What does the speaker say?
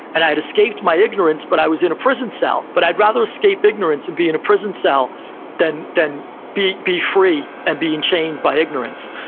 and i had escaped my ignorance, but i was in a prison cell. but i'd rather escape ignorance and be in a prison cell than than be be free and be enchained by ignorance.